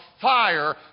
fire